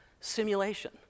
simulation